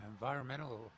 environmental